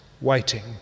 waiting